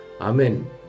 Amen